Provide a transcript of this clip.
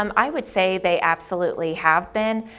um i would say they absolutely have been.